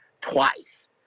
twice